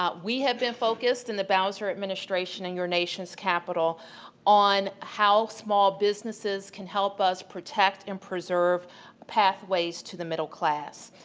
we have been focused in the bowser administration in your nation's capital on how small businesses can help us protect and preserve pathways to the middle class.